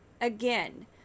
Again